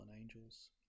angels